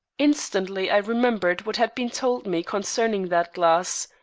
instantly i remembered what had been told me concerning that glass,